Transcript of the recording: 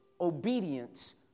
obedience